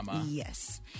Yes